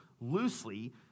loosely